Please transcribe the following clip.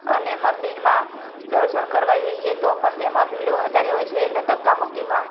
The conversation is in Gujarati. અને મંદિરમાં દર્શન કરવા જઈએ તો પણ તેમાં ભીડ વધારે હોય છે એટલે ધક્કા મુક્કીમાં